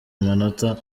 amanota